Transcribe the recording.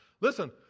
Listen